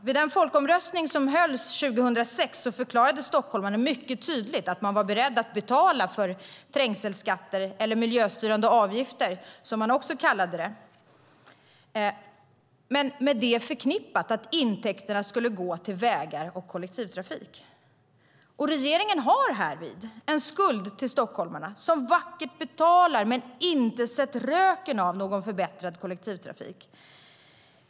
Vid den folkomröstning som hölls 2006 förklarade stockholmarna mycket tydligt att de var beredda att betala trängselskatter, eller miljöstyrande avgifter, som man också kallade det. Men detta var förknippat med att intäkterna skulle gå till vägar och kollektivtrafik. Regeringen har härvid en skuld till stockholmarna som vackert betalar men inte sett röken av någon förbättrad kollektivtrafik.